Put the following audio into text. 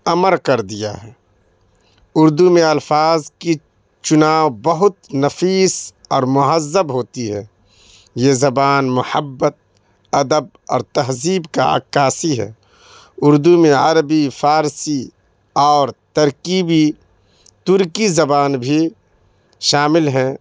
امر کر دیا ہے اردو میں الفاظ کی چناؤ بہت نفیس اور مہذب ہوتی ہے یہ زبان محبت ادب اور تہذیب کا عکاسی ہے اردو میں عربی فارسی اور ترکیبی ترکی زبان بھی شامل ہیں